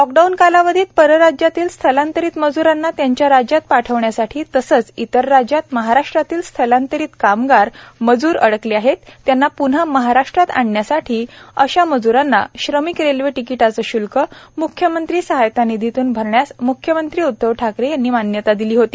lockdown कालावधीत परराज्यातील स्थलांतरीत मज्रांना त्यांच्या राज्यात पाठवण्यासाठी तसेच इतर राज्यात महाराष्ट्रातील स्थलांतरीत कामगार मज्र अडकले आहेत त्यांना प्न्हा महाराष्ट्रात आणण्यासाठी अशा मज्रांच्या श्रमिक रेल्वे तिकिटाचे श्ल्क म्ख्यमंत्री सहाय्यता निधीतून भरण्यास म्ख्यमंत्री उद्धव ठाकरे यांनी मान्यता दिली होती